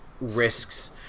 risks